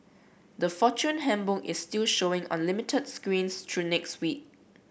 the Fortune Handbook is still showing on limited screens through next week